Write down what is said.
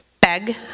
beg